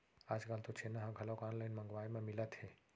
आजकाल तो छेना ह घलोक ऑनलाइन मंगवाए म मिलत हे